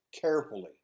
carefully